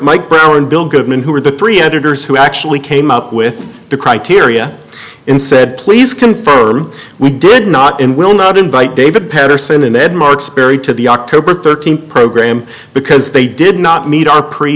mike brown and bill goodman who are the three editors who actually came up with the criteria in said please confirm we did not and will not invite david paterson and ed mark sperry to the october thirteenth program because they did not meet our pre